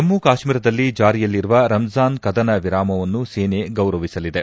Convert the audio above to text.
ಜಮ್ಮು ಕಾಶ್ಮೀರದಲ್ಲಿ ಜಾರಿಯಲ್ಲಿರುವ ರಂಜಾನ್ ಕದನ ವಿರಾಮವನ್ನು ಸೇನೆ ಗೌರವಿಸಲಿದೆ